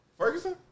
Ferguson